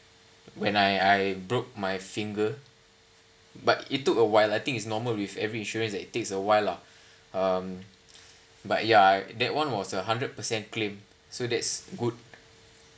when I I broke my finger but it took awhile I think is normal with every insurance that it takes a while lah um but ya that one was a one hundred percent claim so that's good